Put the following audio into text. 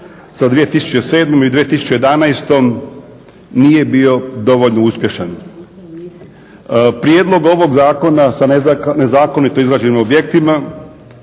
sa 2007. i 2011. nije bio dovoljno uspješan. Prijedlog ovog Zakona sa nezakonito izgrađenim objektima